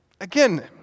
again